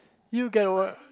you get what